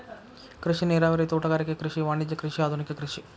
ಕೃಷಿ ನೇರಾವರಿ, ತೋಟಗಾರಿಕೆ ಕೃಷಿ, ವಾಣಿಜ್ಯ ಕೃಷಿ, ಆದುನಿಕ ಕೃಷಿ